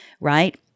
right